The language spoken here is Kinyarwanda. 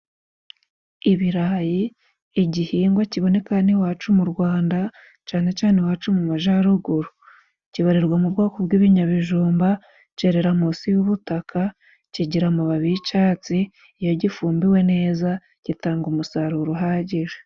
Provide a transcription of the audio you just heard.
Ibirayi igihingwa kiboneka han'iwacu mu Rwanda cane cane iwacu mu majaruguru. Kibarirwa mu bwoko bw'ibinyabijumba cerera musi y'ubutaka kigira amababi y'icatsi iyo gifumbiwe neza gitanga umusaruro uhagije.